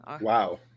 wow